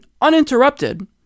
uninterrupted